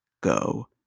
go